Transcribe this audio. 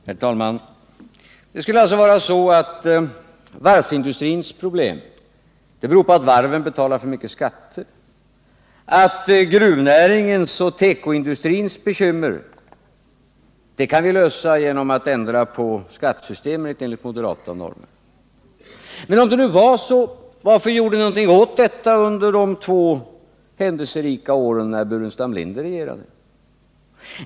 Herr talman! Det skulle alltså vara så att varvsindustrins problem beror på att varven betalar för mycket skatter. Gruvnäringens och tekoindustrins bekymmer kan vi lösa genom att ändra på skattesystemet, enligt moderata normer. Men om det nu är så, varför gjorde ni inte någonting åt detta under de två händelserika åren när Staffan Burenstam Linder regerade?